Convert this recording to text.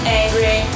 angry